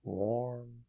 warm